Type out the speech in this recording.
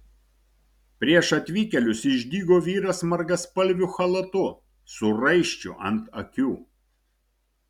prieš atvykėlius išdygo vyras margaspalviu chalatu su raiščiu ant akių